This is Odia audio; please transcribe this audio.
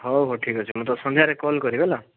ହଉ ହଉ ଠିକ୍ ଅଛି ମୁଁ ତୋତେ ସନ୍ଧ୍ୟାରେ କଲ୍ କରିବି ହେଲା